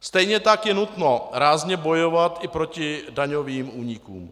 Stejně tak je nutno rázně bojovat i proti daňovým únikům.